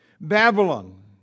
Babylon